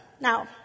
now